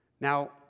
Now